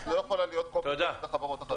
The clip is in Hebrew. לא יכולה להיות copy-paste לחברות החדשות.